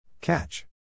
Catch